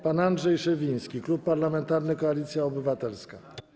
Pan poseł Andrzej Szewiński, Klub Parlamentarny Koalicja Obywatelska.